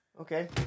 Okay